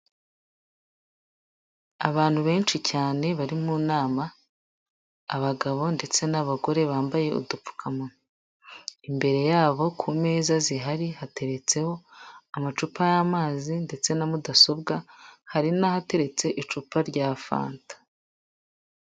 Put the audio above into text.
Abantu benshi cyane bari mu nama abagabo ndetse n'abagore bambaye udupfukamunwa, imbere yabo ku meza zihari hateretseho amacupa y'amazi ndetse na mudasobwa, hari n'ahateretse icupa rya fanta.